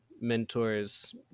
mentors